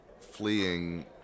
fleeing